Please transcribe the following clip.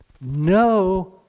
No